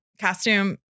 costume